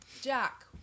Jack